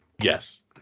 Yes